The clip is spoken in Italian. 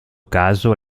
caso